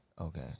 Okay